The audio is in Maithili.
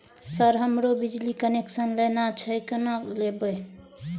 सर हमरो बिजली कनेक्सन लेना छे केना लेबे?